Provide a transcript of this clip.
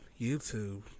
YouTube